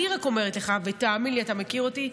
אני רק אומרת לך, ותאמין לי, אתה מכיר אותי,